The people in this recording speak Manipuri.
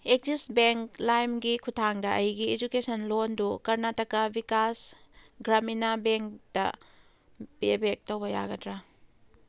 ꯑꯦꯛꯆꯤꯁ ꯕꯦꯡꯛ ꯂꯥꯏꯝꯒꯤ ꯈꯨꯊꯥꯡꯗ ꯑꯩꯒꯤ ꯏꯖꯨꯀꯦꯁꯟ ꯂꯣꯟꯗꯨ ꯀꯥꯔꯅꯇꯥꯀꯥ ꯚꯤꯀꯥꯁ ꯒ꯭ꯔꯥꯃꯤꯅꯥꯥ ꯕꯦꯡꯛꯇꯥ ꯄꯦꯕꯦꯛ ꯇꯧꯕ ꯌꯥꯒꯗ꯭ꯔꯥ